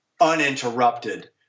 uninterrupted